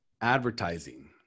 Advertising